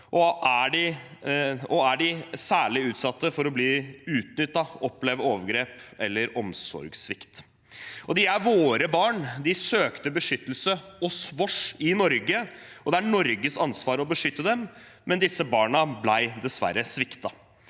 og er særlig utsatt for å bli utnyttet og oppleve overgrep eller omsorgssvikt. De er våre barn. De søkte beskyttelse hos oss i Norge, og det er Norges ansvar å beskytte dem, men disse barna ble dessverre sviktet.